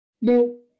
No